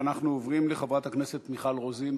אנחנו עוברים לחברת הכנסת מיכל רוזין,